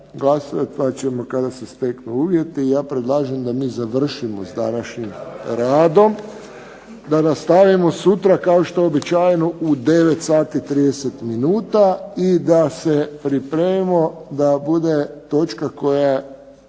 Glasovat ćemo kada se steknu uvjeti. Ja predlažem da mi završimo s današnjim radom, da nastavimo sutra kao što je uobičajeno u 9,30 sati i da se pripremimo da bude točka koja